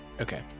Okay